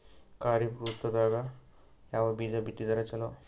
ಖರೀಫ್ ಋತದಾಗ ಯಾವ ಬೀಜ ಬಿತ್ತದರ ಚಲೋ?